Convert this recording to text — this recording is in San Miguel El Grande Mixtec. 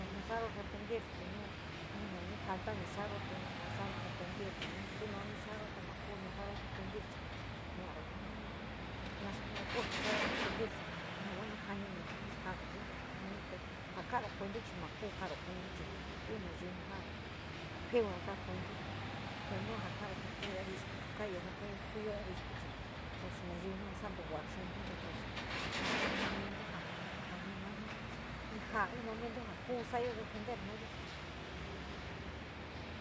Ma na sou repetir chi nu nu nii sou falta ma sou reporté nou tuo nisou te ma kuu salou repentir un nisaro te ma sa´aro repentir chi ma no diinito kaouo nou te kaa oueto te chi ma kuu kaouou cuento chi inouu ja feu kaa oueto te nu ja kaou kuu arti kuu sou koua artsou chi jou sou saui, yua souou te jou kai chi te pos in jia in momento jou, jou maou, ni ja in momento ja kuu sa´a defender mayo.